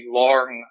long